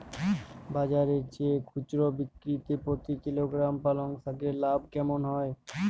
বাজারের চেয়ে খুচরো বিক্রিতে প্রতি কিলোগ্রাম পালং শাকে লাভ কেমন হয়?